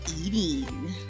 eating